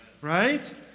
right